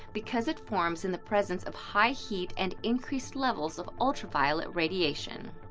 because it forms in the presence of high heat and increased levels of ultraviolet radiation.